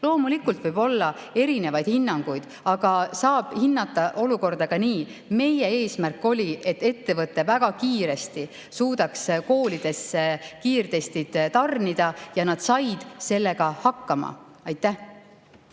Loomulikult võib olla erinevaid hinnanguid, aga saab hinnata olukorda ka nii. Meie eesmärk oli, et ettevõte väga kiiresti suudaks koolidesse kiirtestid tarnida, ja nad said sellega hakkama. Signe